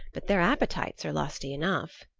but their appetites are lusty enough.